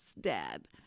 dad